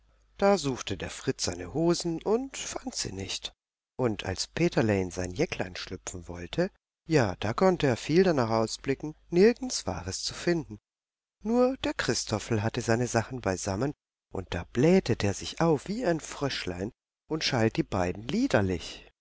da suchte der fritz seine hosen und fand sie nicht und als peterle in sein jäcklein schlüpfen wollte ja da konnte er viel danach ausblicken nirgends war es zu finden nur der christophel hatte seine sachen beisammen und da blähte der sich auf wie ein fröschlein und schalt die beiden liederlich